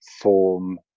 form